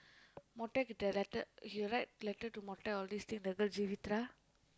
மொட்டேக்கிட்ட:motdeekkitda letter he will write letter to மொட்டே:motdee all these thing the girl Jeevitha